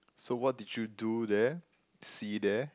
so what did you do there see there